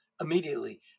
immediately